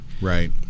Right